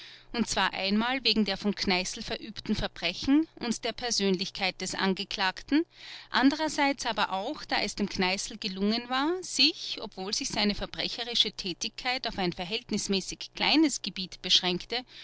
und zwar einmal wegen der von kneißl verübten verbrechen und der persönlichkeit des angeklagten andererseits aber auch da es dem kneißl gelungen war sich obwohl sich seine verbrecherische tätigkeit auf ein verhältnismäßig kleines gebiet beschränkte